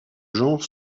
genre